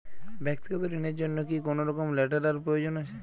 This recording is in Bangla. ব্যাক্তিগত ঋণ র জন্য কি কোনরকম লেটেরাল প্রয়োজন আছে?